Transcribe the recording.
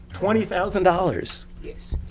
twenty thousand dollars. yes.